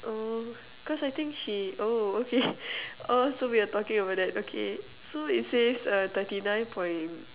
oh cause I think she oh okay oh so we are talking about that okay so it says uh thirty nine point